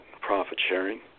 profit-sharing